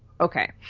Okay